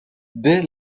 dès